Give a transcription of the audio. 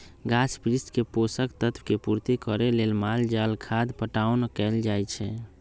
गाछ वृक्ष के पोषक तत्व के पूर्ति करे लेल माल जाल खाद पटाओन कएल जाए छै